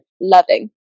loving